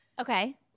Okay